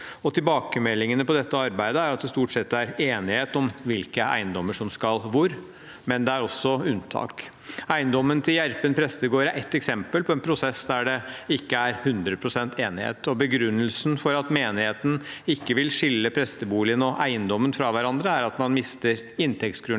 Tilbakemeldingene på dette arbeidet er at det stort sett er enighet om hvilke eiendommer som skal hvor, men det er også unntak. Eiendommen til Gjerpen prestegård er et eksempel på en prosess der det ikke er hundre prosent enighet. Begrunnelsen for at menigheten ikke vil skille presteboligen og eiendommen fra hverandre, er at man mister inntektsgrunnlaget